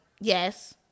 yes